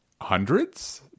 hundreds